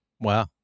Wow